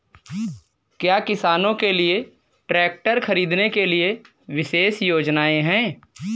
क्या किसानों के लिए ट्रैक्टर खरीदने के लिए विशेष योजनाएं हैं?